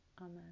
Amen